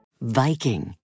Viking